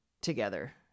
together